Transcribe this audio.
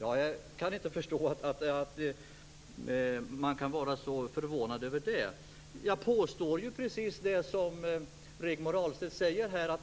Jag kan inte förstå att man kan vara så förvånad. Jag påstår precis det som Rigmor Ahlstedt säger, att